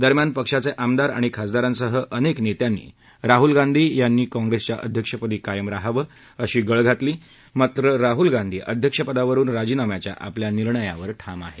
दरम्यान पक्षाचे आमदार खासदारांसह अनेक नेत्यांनी राहूल गांधी यांनी काँप्रेसच्या अध्यक्षपदी कायम रहावं अशी गळ घातली आहे मात्र राहूल गांधी अध्यक्षपदावरुन राजीनाम्याच्या आपल्या निर्णयावर ठाम आहेत